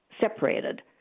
separated